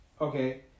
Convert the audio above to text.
Okay